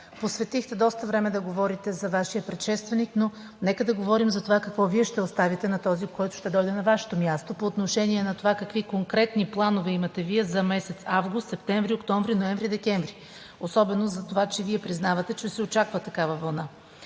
Посветихте доста време да говорите за Вашия предшественик, но нека да говорим за това какво Вие ще оставите на този, който ще дойде на Вашето място, по отношение на това какви конкретни планове имате Вие за месеците август, септември, октомври, ноември и декември, особено за това, че Вие признавате, че се очаква такава вълна.